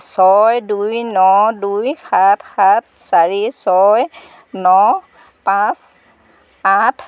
ছয় দুই ন দুই সাত সাত চাৰি ছয় ন পাঁচ আঠ